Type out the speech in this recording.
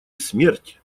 смерть